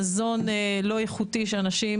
מזון לא איכותי של אנשים